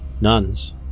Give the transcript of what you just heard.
nuns